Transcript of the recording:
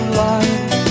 life